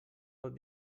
pot